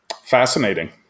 Fascinating